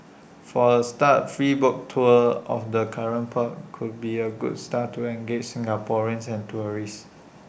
for A start free boat tours of the current port could be A good start to engage Singaporeans and tourists